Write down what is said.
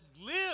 live